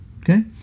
Okay